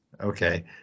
Okay